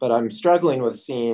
but i'm struggling with see